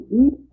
eat